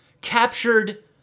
captured